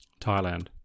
Thailand